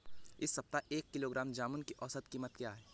इस सप्ताह एक किलोग्राम जामुन की औसत कीमत क्या है?